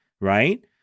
right